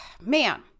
man